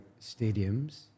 stadiums